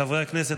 חברי הכנסת,